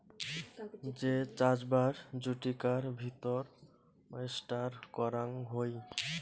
যে চাষবাস জুচিকার ভিতর ওয়েস্টার করাং হই